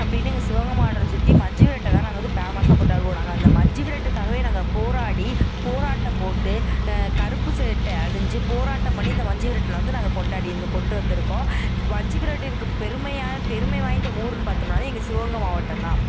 அப்படின்னு எங்கள் சிவகங்கை மாவட்டத்தை சுற்றி மஞ்சு விரட்டை தான் நாங்கள் வந்து பேமஸாக கொண்டாடுவோம் நாங்கள் அந்த மஞ்சு விரட்டுக்காகவே நாங்கள் போராடி போராட்டம் போட்டு கருப்பு சட்டை அணிஞ்சு போராட்டம் பண்ணி இந்த மஞ்சு விரட்டில் வந்து நாங்கள் கொண்டாடி இந்த கொண்டு வந்திருக்கோம் மஞ்சு விரட்டிற்கு பெருமையான பெருமை வாய்ந்த ஊருன்னு பார்த்தோம்னாவே எங்கள் சிவகங்கை மாவட்டம்தான்